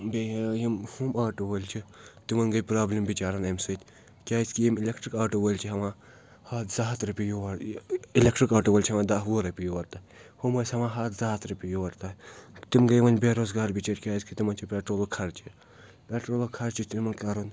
بیٚیہِ یِم ہُم آٹوٗ وٲلۍ چھِ تِمَن گٔے پرٛابلِم بِچارَن اَمہِ سۭتۍ کیازِکہِ یِم اِلٮ۪کٹِرٛک آٹوٗ وٲلۍ چھِ ہیٚوان ہَتھ زٕ ہَتھ رۄپیہِ یور یہِ اِلیکٹرٛک آٹوٗ وٲلۍ چھِ ہٮ۪وان دہ وُہ رۄپیہِ یور تَتھ ہُم ٲسۍ ہٮ۪وان ہَتھ زٕ ہَتھ رۄپیہِ یور تَتھ تِم گٔے وۄنۍ بے روزگار بِچٲرۍ کیٛازِکہِ تِن چھِ پیٹرولُک خرچہِ پٮ۪ٹرولُک خرچہِ چھُ تمَن کَرُن